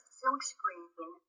silkscreen